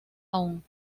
aún